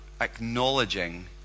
acknowledging